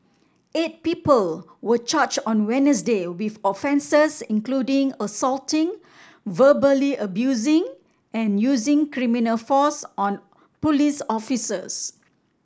eight people were charged on Wednesday with offences including assaulting verbally abusing and using criminal force on police officers